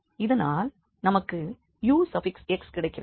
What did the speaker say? இதனால் நமக்கு ux கிடைக்கிறது